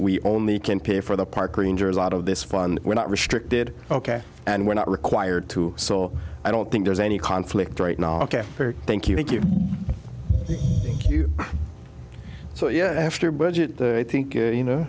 we only can pay for the park rangers out of this fund we're not restrict ok and we're not required to so i don't think there's any conflict right now ok thank you thank you thank you so yeah after budget i think you know